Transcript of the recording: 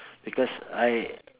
because I